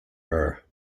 her